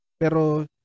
Pero